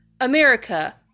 America